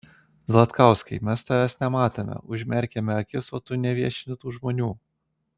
zlatkauskai mes tavęs nematome užmerkiame akis o tu neviešini tų žmonių